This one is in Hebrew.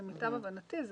למיטב הבנתי,